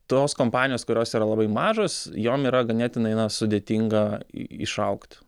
tos kompanijos kurios yra labai mažos jom yra ganėtinai sudėtinga išaugt